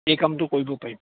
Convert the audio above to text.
এই কামটো কৰিব পাৰিম